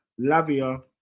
Lavia